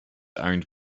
owned